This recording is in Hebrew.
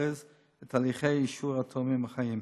ולזרז את הליכי אישור התורמים החיים.